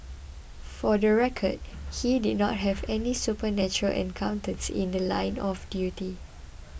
for the record he did not have any supernatural encounters in The Line of duty